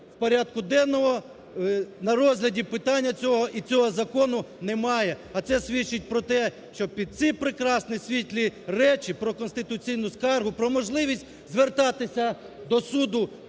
у порядку денному на розгляді питання цього і цього Закону немає. А це свідчить про те, що під ці прекрасні світлі речі про конституційну скаргу, про можливість звертатися до суду